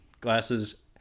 Glasses